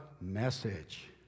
message